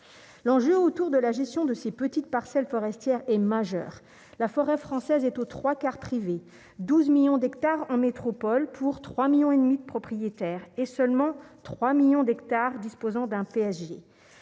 l'enjeu autour de la gestion de ces petites parcelles forestières et majeur, la forêt française est au 3 quarts privé 12 millions d'hectares en métropole pour 3 millions et demi de propriétaires et seulement 3 millions d'hectares disposant d'un PSG